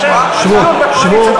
שבו.